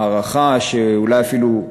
ההערכה, אולי אפילו,